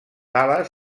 ales